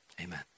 Amen